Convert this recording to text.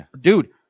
Dude